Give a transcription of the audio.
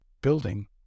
building